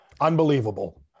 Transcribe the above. unbelievable